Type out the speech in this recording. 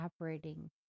operating